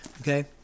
Okay